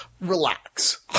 Relax